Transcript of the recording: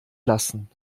lassen